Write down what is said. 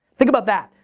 think about that.